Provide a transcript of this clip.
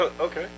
Okay